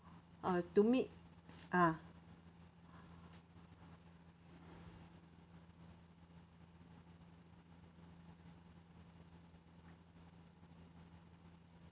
uh to meet ah